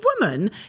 woman